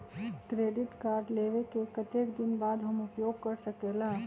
Credit card लेबे के कतेक दिन बाद हम उपयोग कर सकेला?